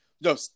No